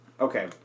Okay